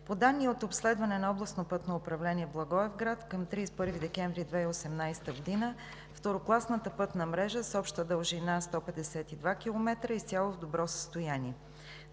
По данни от обследване на Областно пътно управление – Благоевград, към 31 декември 2018 г. второкласната пътна мрежа с обща дължина 152 км е изцяло в добро състояние.